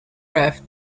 raft